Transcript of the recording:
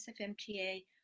SFMTA